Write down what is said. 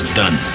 done